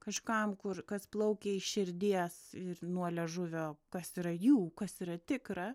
kažkam kur kas plaukia iš širdies ir nuo liežuvio kas yra jų kas yra tikra